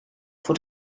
voor